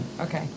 Okay